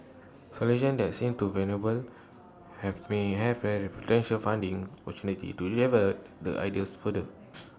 solutions that seen to viable have may have very potential funding opportunities to the ideas further